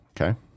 okay